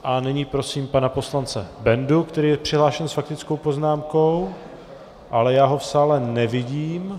A nyní prosím pana poslance Bendu, který je přihlášen s faktickou poznámkou, ale já ho v sále nevidím...